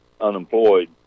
unemployed